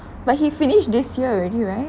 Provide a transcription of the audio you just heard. but he finish this year already right